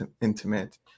intimate